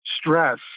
stress